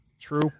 True